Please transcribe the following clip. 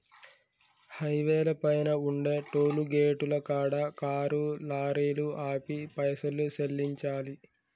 హైవేల పైన ఉండే టోలుగేటుల కాడ కారు లారీలు ఆపి పైసలు సెల్లించాలి